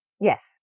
Yes